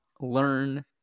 learn